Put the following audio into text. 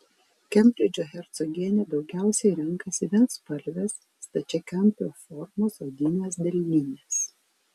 kembridžo hercogienė daugiausiai renkasi vienspalves stačiakampio formos odines delnines